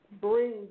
bring